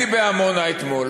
אם אונסק"ו שינו,